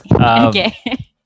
Okay